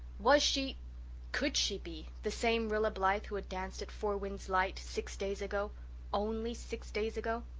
was she could she be the same rilla blythe who had danced at four winds light six days ago only six days ago?